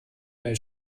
mail